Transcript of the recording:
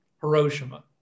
Hiroshima